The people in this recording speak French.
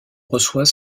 reçoit